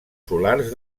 solars